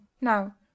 now